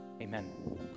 amen